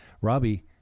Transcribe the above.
Robbie